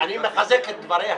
אני מחזק את דבריה.